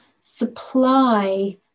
supply